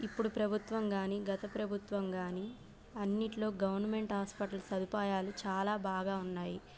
ఇప్పుడు ప్రభుత్వం కానీ గత ప్రభుత్వం కానీ అన్నిట్లో గవర్నమెంట్ హాస్పిటల్ సదుపాయాలు చాలా బాగా ఉన్నాయి